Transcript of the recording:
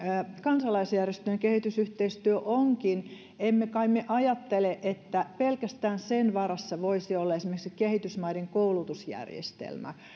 kansalaisjärjestöjen kehitysyhteistyö onkin emme kai me ajattele että pelkästään sen varassa voisi olla esimerkiksi kehitysmaiden koulutusjärjestelmä